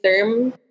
term